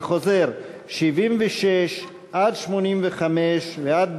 אני חוזר 76 85 ועד בכלל,